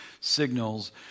signals